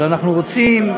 אבל אנחנו רוצים,